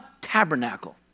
tabernacle